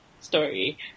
story